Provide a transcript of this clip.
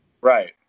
Right